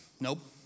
nope